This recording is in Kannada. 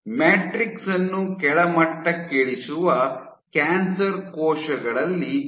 ಮ್ಯಾಟ್ರಿಕ್ಸ್ ಅನ್ನು ಕೆಳಮಟ್ಟಕ್ಕಿಳಿಸುವ ಕ್ಯಾನ್ಸರ್ ಕೋಶಗಳಲ್ಲಿ ಉತ್ತರವಿದೆ